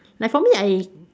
like for me I